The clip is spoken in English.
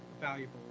valuable